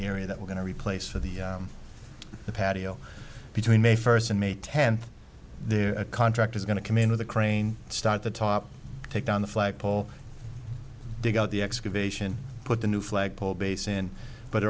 area that we're going to replace for the patio between may first and may tenth their contract is going to come in with a crane start the top take down the flagpole dig out the excavation put the new flagpole base in but